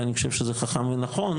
ואני חושב שזה חכם ונכון,